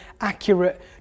accurate